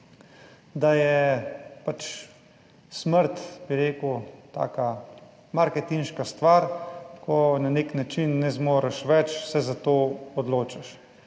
da je pač smrt, bi rekel, taka marketinška stvar - ko na nek način ne zmoreš več, se za to odločiš.